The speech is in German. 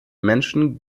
menschen